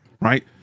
right